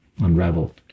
unraveled